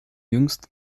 jüngst